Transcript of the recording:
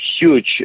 huge